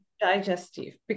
digestive